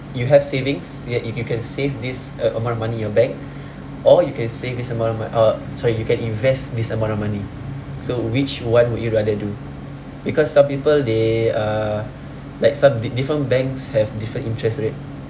you have savings y~ if you can save this uh amount money in your bank or you can save this amount of mo~ uh sorry you can invest this amount of money so which one would you rather do because some people they uh like some di~ different banks have different interest rate